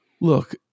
look